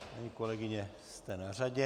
Paní kolegyně, jste na řadě.